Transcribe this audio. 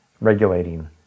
regulating